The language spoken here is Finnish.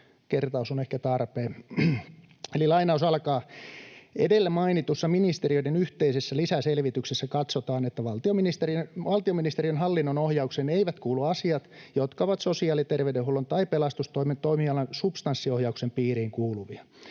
kertaus on ehkä tarpeen: ”Edellä mainitussa ministeriöiden yhteisessä lisäselvityksessä katsotaan, että valtiovarainministeriön hallinnon ohjaukseen eivät kuulu asiat, jotka ovat sosiaali- ja terveydenhuollon tai pelastustoimen toimialan substanssiohjauksen piiriin kuuluvia.